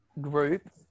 group